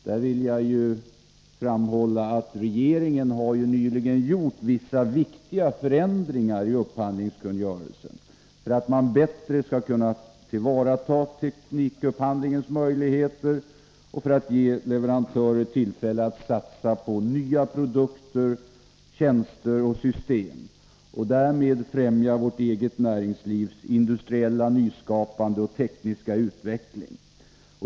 Jag vill då framhålla att regeringen nyligen har gjort vissa viktiga förändringar i upphandlingskungörelsen för att man bättre skall kunna tillvarata teknikupphandlingens möjligheter och för att ge leverantörer tillfälle att satsa på nya produkter, tjänster och system och därmed främja vårt eget näringslivs industriella nyskapande och tekniska utveckling.